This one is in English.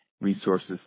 Resources